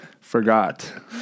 forgot